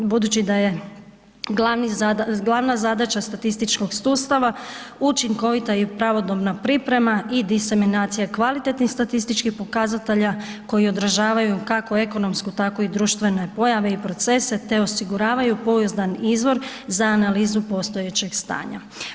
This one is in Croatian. Budući da je glavna zadaća statističkog sustava učinkovita i pravodobna priprema i diseminacija kvalitetnih statističkih pokazatelja koji odražavaju kako ekonomske tako i društvene pojave i procese te osiguravaju pouzdan izvor za analizu postojećeg stanja.